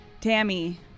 Tammy